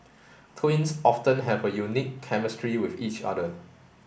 twins often have a unique chemistry with each other